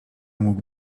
mógł